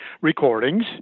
recordings